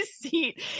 seat